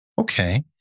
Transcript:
Okay